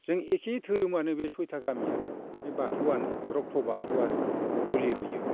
जों एखे धोरोमानो बे सयथा गामिया बे बाथौआनो रखथ' बाथौ आरो बुलि होयो